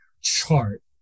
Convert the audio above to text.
chart